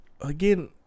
Again